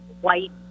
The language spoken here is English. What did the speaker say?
white